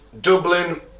Dublin